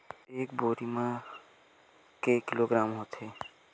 एक बोरी म के किलोग्राम होथे?